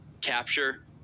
capture